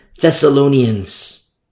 Thessalonians